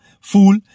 fool